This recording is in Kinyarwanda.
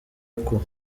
uko